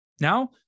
Now